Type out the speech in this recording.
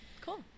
cool